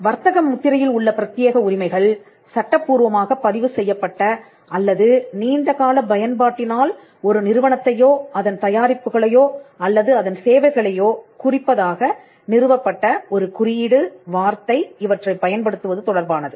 வர்த்தக முத்திரையில் உள்ள பிரத்தியேக உரிமைகள் சட்டபூர்வமாக பதிவு செய்யப்பட்ட அல்லது நீண்டகால பயன்பாட்டினால் ஒரு நிறுவனத்தையோ அதன் தயாரிப்புகளையோ அல்லது அதன் சேவைகளையோ குறிப்பதாக நிறுவப்பட்ட ஒரு குறியீடு வார்த்தை இவற்றை பயன்படுத்துவது தொடர்பானது